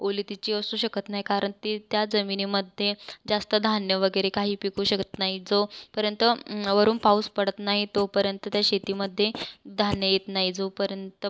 ओलिताची असू शकत नाही कारण ती त्या जमिनीमध्ये जास्त धान्य वगैरे काही पिकू शकत नाही जो पर्यंत वरून पाऊस पडत नाही तोपर्यंत त्या शेतीमध्ये धान्य येत नाही जोपर्यंत